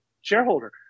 shareholder